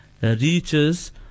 reaches